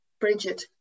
Bridget